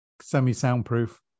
semi-soundproof